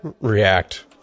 react